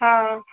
हा